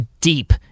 deep